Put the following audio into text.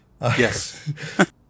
yes